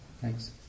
Thanks